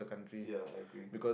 ya I agree